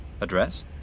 Address